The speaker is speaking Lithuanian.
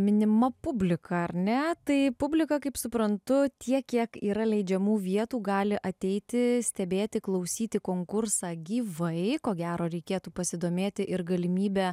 minima publika ar ne tai publika kaip suprantu tiek kiek yra leidžiamų vietų gali ateiti stebėti klausyti konkursą gyvai ko gero reikėtų pasidomėti ir galimybe